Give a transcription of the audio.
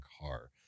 car